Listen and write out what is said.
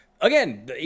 Again